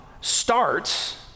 starts